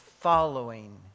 following